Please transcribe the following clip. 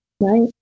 Right